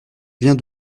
viens